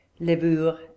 levure